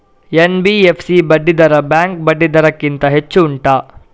NBFC ಬಡ್ಡಿ ದರ bank ಬಡ್ಡಿ ದರ ಗಿಂತ ಹೆಚ್ಚು ಉಂಟಾ